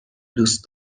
دوست